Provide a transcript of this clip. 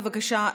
בבקשה,